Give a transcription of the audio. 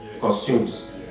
costumes